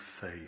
faith